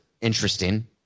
interesting